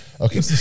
Okay